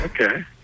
Okay